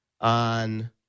on